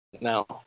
No